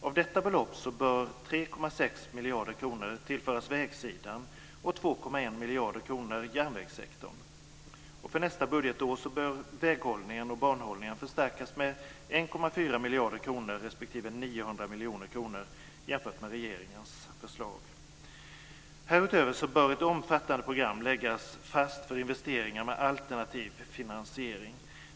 Av detta belopp bör 3,6 miljarder kronor tillföras vägsidan och 2,1 miljarder kronor järnvägssektorn. För nästa budgetår bör väghållningen och banhållningen förstärkas med 1,4 miljarder kronor respektive 900 miljoner kronor jämfört med regeringens förslag. Härutöver bör ett omfattande program läggas fast för investeringar med alternativ finansiering.